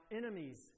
enemies